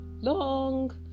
long